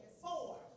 Four